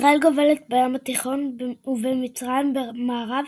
ישראל גובלת בים התיכון ובמצרים במערב,